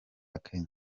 kenya